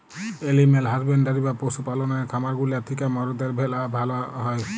animal husbandry বা পশু পাললের খামার গুলা থিক্যা মরদের ম্যালা ভালা হ্যয়